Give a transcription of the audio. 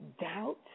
doubt